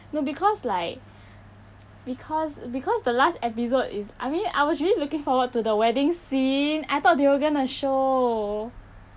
no because like because because the last episode is I mean I was really looking forward to the wedding scene I thought they were gonna show